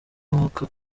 uwaka